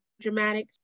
dramatic